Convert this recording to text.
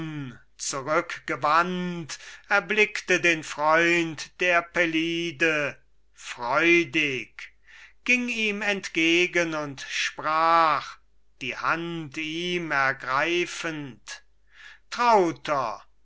zurückgewandt erblickte den freund der pelide freudig ging ihm entgegen und sprach die hand ihm ergreifend trauter